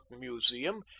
Museum